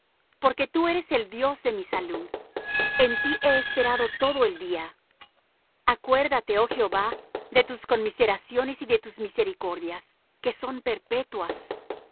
porque tú eres el dios de mi salud en ti he esperado todo el día acuérdate oh jehová de tus conmiseraciones y de tus misericordias que son perpetuas